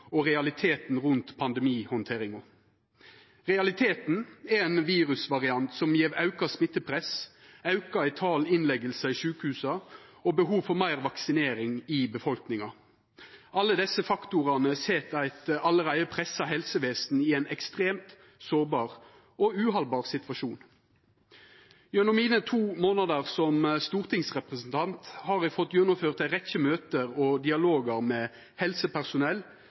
og realiteten rundt pandemihandteringa. Realiteten er ein virusvariant som gjev auka smittepress, ein auke i talet på innleggingar i sjukehusa og behov for meir vaksinering i befolkninga. Alle desse faktorane set eit allereie pressa helsevesen i ein ekstremt sårbar og uhaldbar situasjon. Gjennom mine to månader som stortingsrepresentant har eg fått gjennomført ei rekkje møte og dialogar med helsepersonell